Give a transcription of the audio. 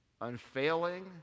unfailing